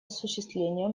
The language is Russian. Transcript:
осуществление